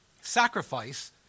Sacrifice